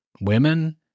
women